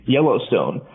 Yellowstone